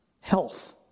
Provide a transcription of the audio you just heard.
health